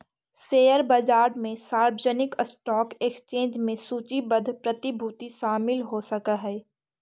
share बाजार में सार्वजनिक स्टॉक एक्सचेंज में सूचीबद्ध प्रतिभूति शामिल हो सकऽ हइ